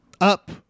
up